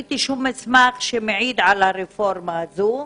ראיתי שום מסמך שמעיד על הרפורמה הזו.